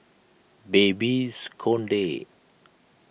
Babes Conde